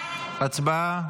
הצבעה.